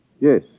Yes